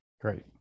Great